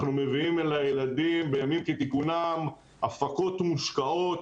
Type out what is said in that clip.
אנחנו מביאים לילדים בימים כתיקונם הפקות מושקעות